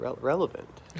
relevant